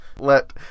Let